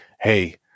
Hey